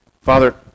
Father